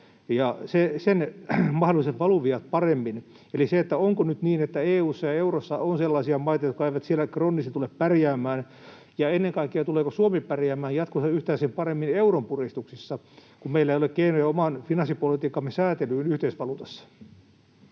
ja sen mahdolliset valuviat paremmin? Eli se, onko nyt niin, että EU:ssa ja eurossa on sellaisia maita, jotka eivät siellä kroonisesti tule pärjäämään, ja ennen kaikkea, tuleeko Suomi pärjäämään jatkossa yhtään sen paremmin euron puristuksessa, kun meillä ei ole keinoja oman finanssipolitiikkamme säätelyyn yhteisvaluutassa?